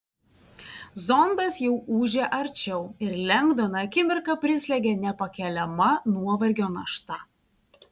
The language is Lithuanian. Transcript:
zondas jau ūžė arčiau ir lengdoną akimirką prislėgė nepakeliama nuovargio našta